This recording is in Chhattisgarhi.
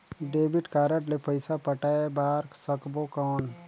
डेबिट कारड ले पइसा पटाय बार सकबो कौन?